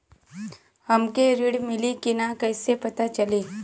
हमके ऋण मिली कि ना कैसे पता चली?